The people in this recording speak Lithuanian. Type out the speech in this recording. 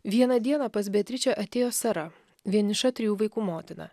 vieną dieną pas beatričę atėjo sara vieniša trijų vaikų motiną